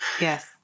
yes